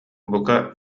бука